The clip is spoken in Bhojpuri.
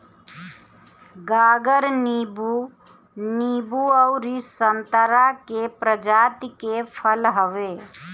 गागर नींबू, नींबू अउरी संतरा के प्रजाति के फल हवे